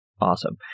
Awesome